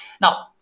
Now